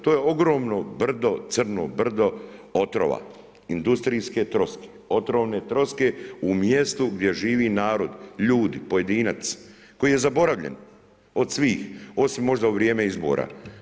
To je ogromno brdo, Crno brdo otrova, industrijske troske, otrovne troske u mjestu gdje živi narod, ljudi, pojedinac koji je zaboravljen od svih osim možda u vrijeme izbora.